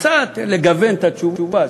קצת לגוון את התשובה.